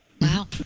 Wow